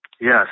Yes